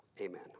Amen